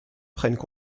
prennent